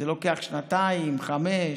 זה לוקח שנתיים, חמש,